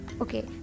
okay